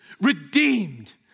Redeemed